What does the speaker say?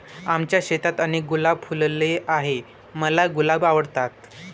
आमच्या शेतात अनेक गुलाब फुलले आहे, मला गुलाब आवडतात